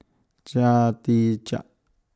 Chia Tee Chiak